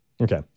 Okay